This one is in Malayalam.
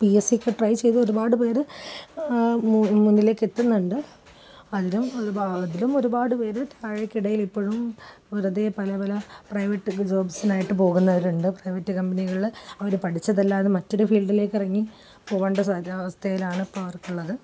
പി എസ്സിയെക്കെ ട്രൈ ചെയ്ത് ഒരുപാട് പേര് മുന്നിലേക്ക് എത്തുന്നുണ്ട് അതിലും അതിലും ഒരുപാടു പേര് താഴേക്കിടയിൽ ഇപ്പോഴും വെറുതേ പല പല പ്രൈവറ്റ് ജോബ്സിനായിട്ടു പോകുന്നവരുണ്ട് പ്രൈവറ്റ് കമ്പനികളില് അവര് പഠിച്ചതല്ലാതെ മറ്റൊരു ഫീൽഡിലേക്ക് ഇറങ്ങി പോവേണ്ട അവസ്ഥയിലാണ് അവർക്കുള്ളത്